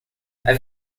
i’ve